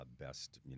best